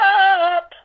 up